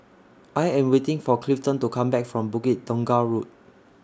I Am waiting For Clifton to Come Back from Bukit Tunggal Road